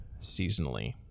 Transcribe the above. seasonally